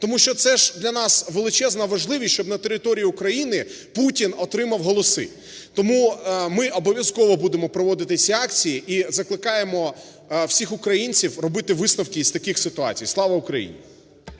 тому що це ж для нас величезна важливість, щоб на території України Путін отримав голоси. Тому ми обов'язково будемо проводити ці акції, і закликаємо всіх українців робити висновки із таких ситуацій. Слава Україні.